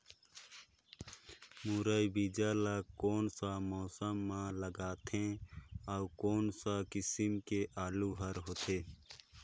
मुरई बीजा वाला कोन सा मौसम म लगथे अउ कोन सा किसम के आलू हर होथे?